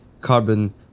carbon